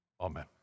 amen